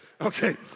Okay